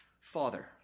Father